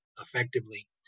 effectively